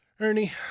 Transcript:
ernie